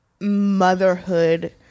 motherhood